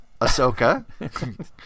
Ahsoka